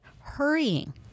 hurrying